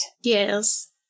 Yes